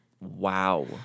Wow